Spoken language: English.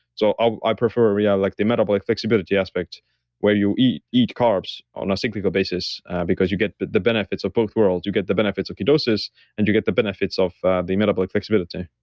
so ah i prefer yeah like the metabolic flexibility aspect where you eat eat carbs on a cyclical basis because you get the benefits of both worlds. you get the benefits of ketosis and you get the benefits of the metabolic flexibility